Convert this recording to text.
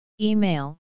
Email